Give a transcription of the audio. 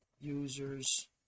users